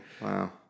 Wow